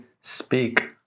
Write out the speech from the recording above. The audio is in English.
speak